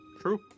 True